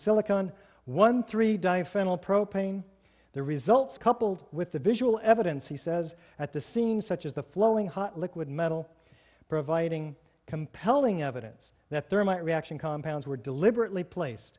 silicon on one three day final propane the results coupled with the visual evidence he says at the scene such as the flowing hot liquid metal providing compelling evidence that thermite reaction compounds were deliberately place